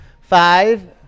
Five